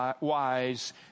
wise